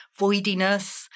voidiness